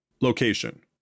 Location